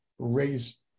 Raise